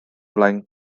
flaen